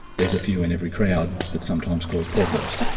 there's a few in every crowd that sometimes cause problems.